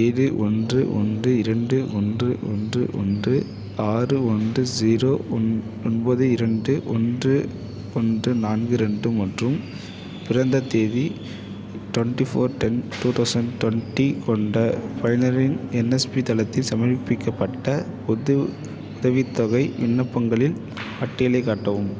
ஏழு ஒன்று ஒன்று இரண்டு ஒன்று ஒன்று ஒன்று ஆறு ஒன்று ஸீரோ ஒன் ஒன்பது இரண்டு ஒன்று ஒன்று நான்கு ரெண்டு மற்றும் பிறந்த தேதி twenty four ten two thousand twenty கொண்ட பயனரின் என்எஸ்பி தளத்தில் சமர்ப்பிக்கப்பட்ட புது உதவித்தொகை விண்ணப்பங்களின் பட்டியலைக் காட்டவும்